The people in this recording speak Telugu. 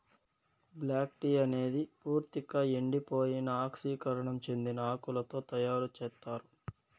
బ్లాక్ టీ అనేది పూర్తిక ఎండిపోయి ఆక్సీకరణం చెందిన ఆకులతో తయారు చేత్తారు